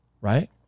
right